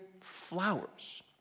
flowers